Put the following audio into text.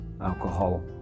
Alcohol